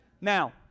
now